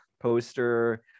poster